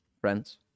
friends